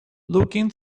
looking